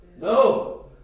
No